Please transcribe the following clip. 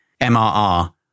mrr